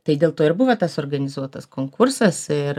tai dėl to ir buvo tas organizuotas konkursas ir